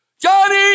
Johnny